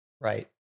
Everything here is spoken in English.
right